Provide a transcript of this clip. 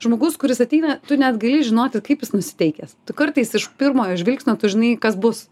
žmogus kuris ateina tu net gali žinoti kaip jis nusiteikęs tu kartais iš pirmo žvilgsnio tu žinai kas bus